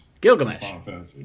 Gilgamesh